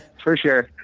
for sure.